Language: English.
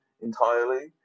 entirely